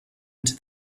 into